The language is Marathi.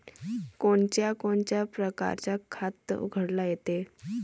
कोनच्या कोनच्या परकारं खात उघडता येते?